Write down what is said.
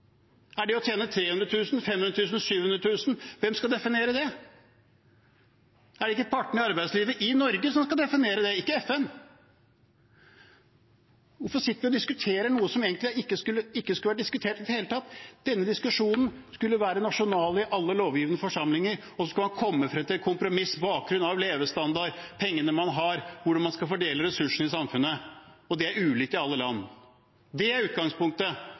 Er det å tjene 300 000 kr, 500 000 kr, 700 000 kr? Hvem skal definere det? Er det ikke partene i arbeidslivet i Norge som skal definere det, ikke FN? Hvorfor sitter vi og diskuterer noe som egentlig ikke skulle vært diskutert i det hele tatt? Denne diskusjonen skulle vært nasjonal i alle lovgivende forsamlinger, og så skulle man kommet frem til et kompromiss på bakgrunn av levestandard, pengene man har, hvordan man skal fordele ressursene i samfunnet, og det er ulikt i alle land. Det er utgangspunktet,